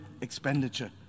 expenditure